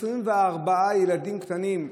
24 ילדים קטנים,